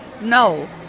no